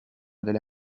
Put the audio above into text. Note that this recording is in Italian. delle